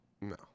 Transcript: no